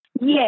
Yes